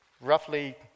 roughly